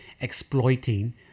exploiting